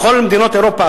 בכל מדינות אירופה,